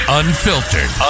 unfiltered